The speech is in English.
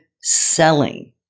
selling